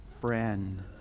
friend